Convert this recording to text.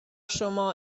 شما